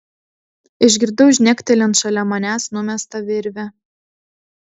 išgirdau žnektelint šalia manęs numestą virvę